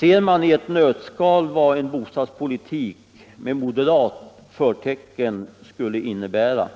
har man i ett nötskal vad en bostadspolitik med moderat förtecken skulle innebära.